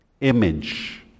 Image